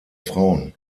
frauen